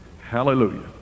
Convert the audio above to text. Hallelujah